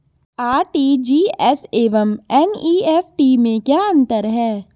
RTGS एवं NEFT में क्या अंतर है?